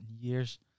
Years